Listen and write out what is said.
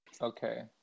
Okay